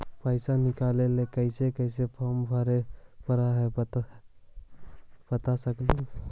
पैसा निकले ला कैसे कैसे फॉर्मा भरे परो हकाई बता सकनुह?